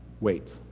Wait